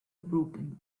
broken